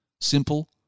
simple